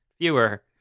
fewer